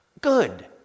good